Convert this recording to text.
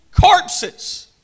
corpses